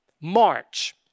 March